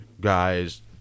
guy's